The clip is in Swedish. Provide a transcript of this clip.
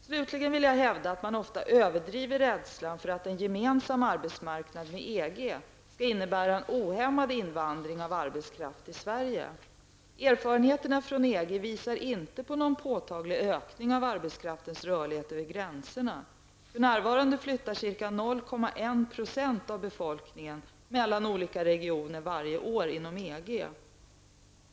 Slutligen vill jag hävda att man ofta överdriver rädslan för att en gemensam arbetsmarknad med EG skall innebära en ohämmad invandring av arbetskraft till Sverige. Erfarenheterna från EG visar inte på någon påtaglig ökning av arbetskraftens rörlighet över gränserna. För närvarande flyttar varje år ca 0,1 % av befolkningen mellan olika regioner inom EG.